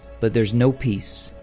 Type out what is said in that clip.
but there is no peace,